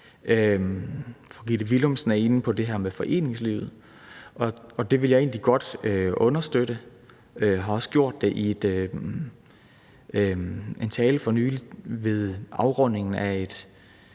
Fru Gitte Willumsen er inde på det her med foreningslivet, og det vil jeg egentlig godt understøtte, og det har jeg også gjort i en tale for nylig ved en konference